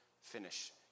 finish